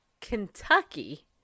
Kentucky